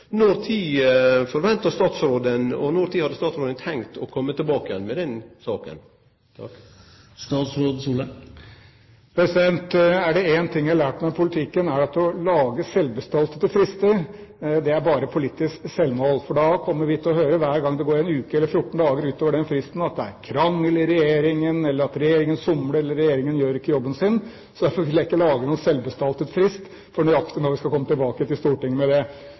Når forventar statsråden, og når har statsråden tenkt, å kome tilbake igjen med den saka? Er det én ting jeg har lært meg i politikken, er det at å lage selvbestaltede frister, bare er politisk selvmål, for hver gang det går en uke eller fjorten dager utover den fristen, kommer vi til å høre at det er krangel i regjeringen, eller at regjeringen somler, eller at regjeringen ikke gjør jobben sin. Derfor vil jeg ikke lage noen selvbestaltet frist for nøyaktig når vi skal komme tilbake til Stortinget med det.